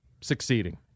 succeeding